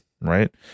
right